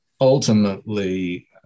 ultimately